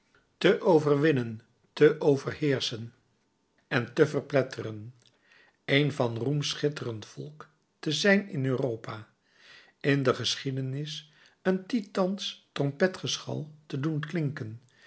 te overwinnen te overheerschen en te verpletteren een van roem schitterend volk te zijn in europa in de geschiedenis een titans trompetgeschal te doen klinken